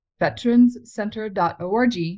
veteranscenter.org